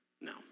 No